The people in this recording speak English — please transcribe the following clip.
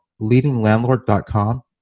leadinglandlord.com